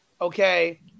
okay